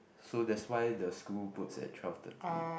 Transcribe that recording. so that's why the school puts at twelve thirty